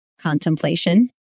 contemplation